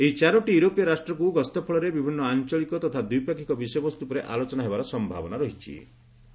ଏହି ଚାରଟି ୟୁରୋପିୟ ରାଷ୍ଟ୍ରକୁ ଗସ୍ତ ଫଳରେ ବିଭିନ୍ନ ଆଞ୍ଚଳିକ ତଥା ଦ୍ୱିପାକ୍ଷିକ ବିଷୟବସ୍ତୁ ଉପରେ ଆଲୋଚନା ହେବାର ସମ୍ଭାବନା ରହିଚି